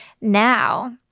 Now